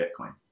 Bitcoin